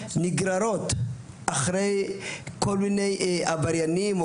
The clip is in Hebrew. שנגררות אחרי כל מיני עבריינים,